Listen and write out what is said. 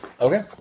Okay